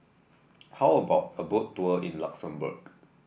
how about a Boat Tour in Luxembourg